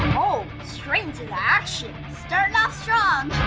oh, straight into the action! starting off strong.